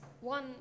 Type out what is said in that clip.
one